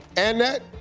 annette,